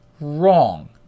wrong